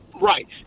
Right